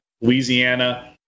Louisiana